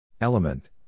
Element